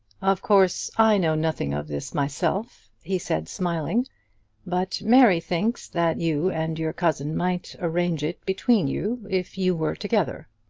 of course, i know nothing of this myself, he said smiling but mary thinks that you and your cousin might arrange it between you if you were together.